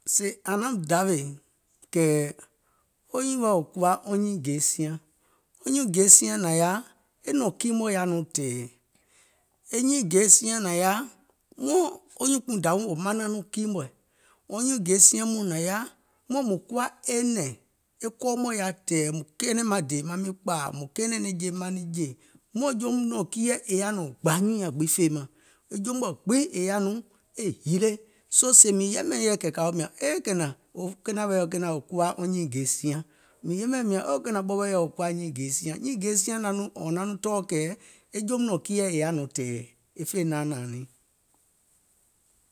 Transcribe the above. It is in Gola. Sèè ȧŋ naum dawè kɛ̀ɛ̀ɛ̀ wo nyùùŋ wɛɛ̀ kuwa nyiiŋ gèe siaŋ, wɔŋ nyiiŋ gèe siaŋ nȧŋ yaȧ nɔŋ tɛ̀ɛ̀, e nyiiŋ gèe siaŋ nȧŋ yaȧ wo nyuùŋ kpùunkpùuŋ dȧwi mɔɔ̀ŋ wò manaŋ nɔŋ kii mɔ̀ɛ̀, wɔŋ nyiiŋ gèe siaŋ mɔɔ̀ŋ nȧŋ yaȧ muȧŋ mùŋ kuwa e nɛ̀ŋ, e kɔɔ mɔ̀ɛ̀ yaȧ tɛ̀ɛ̀, mùŋ kɛɛnɛ̀ŋ maŋ dèè maŋ miŋ kpȧȧ, mùŋ kɛɛnɛ̀ŋ nɛ̀ŋje maŋ niŋ jè, muȧŋ joum nɔ̀ŋ kiiɛ̀ è yaȧ nɔŋ gbà nyùùŋ nyaŋ gbiŋ fèemȧŋ, e jo mɔ̀ɛ̀ gbiŋ è yaȧ nɔŋ e hìle, soo sèè mìŋ yɛmɛ̀iŋ yɛi kɛ̀ kȧ woò mìȧŋ e e kenȧŋ, wo kenȧŋ wɛɛ̀ kenȧŋ wɛɛ̀ kuwa nyiiŋ gèe siaŋ, mìŋ yɛmɛ̀ mìȧŋ ɓɔ wɛɛ̀ yɔ kuwa nyiiŋ gèe siaŋ, nyiiŋ ge siaŋ è naŋ nɔŋ tɔɔ̀ kɛ̀ e joum nɔ̀ŋ kiiɛ̀ è yaȧ nɔŋ tɛ̀ɛ̀ e fè naanȧȧŋ niŋ.